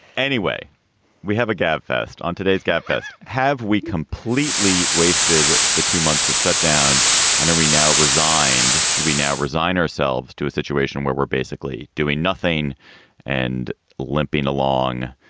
anyway we have a gab fest on today's gabfest. have we completely wasted the two months of shut down and are we now resigned? should we now resign ourselves to a situation where we're basically doing nothing and limping along,